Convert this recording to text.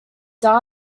data